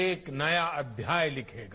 एक नया अध्याय लिखेगा